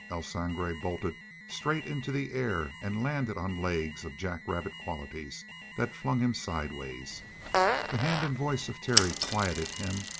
el sangre bolted straight into the air and landed on legs of jack-rabbit qualities that flung him sidewise. the hand and voice of terry quieted him,